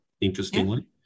interestingly